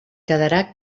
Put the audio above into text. quedarà